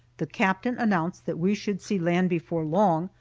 the captain announced that we should see land before long,